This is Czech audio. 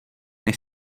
než